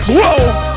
Whoa